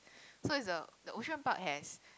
so it's the the Ocean Park has